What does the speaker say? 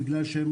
בגלל שהן